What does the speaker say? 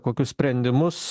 kokius sprendimus